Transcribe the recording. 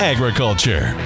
Agriculture